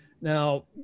Now